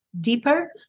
deeper